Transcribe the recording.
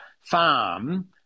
farm